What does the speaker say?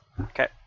Okay